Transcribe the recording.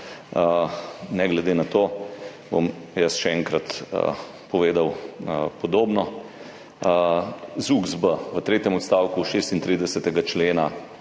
Ne glede na to bom jaz še enkrat povedal podobno. ZUKSB v tretjem odstavku 36. člena